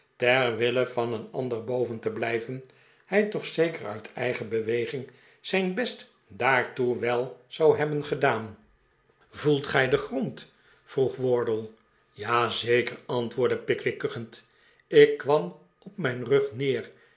ter wille van een ahder boven te blijven hij toch zeker uit eigen beweging zijn best daartoe wel zou hebben gedaan voelt gij grond vroeg wardle ja zeker antwoordde pickwick kuchend ik kwam op mijn rug neer